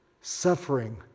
suffering